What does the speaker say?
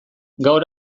gaur